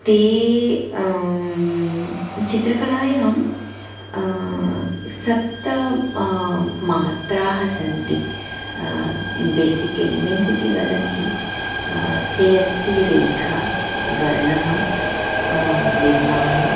ते चित्रकलायां सप्त मात्राः सन्ति बेसिक् एलिमेण्ट्स् इति वदन्ति ते अस्ति रेखा वर्णः निर्माणम्